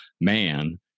man